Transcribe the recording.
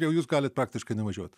jau jūs galit praktiškai nevažiuot